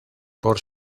por